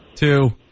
Two